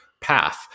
path